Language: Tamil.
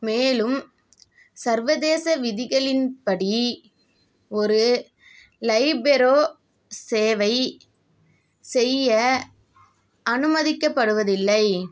மேலும் சர்வதேச விதிகளின் படி ஒரு லைபெரோ சேவை செய்ய அனுமதிக்கப்படுவதில்லை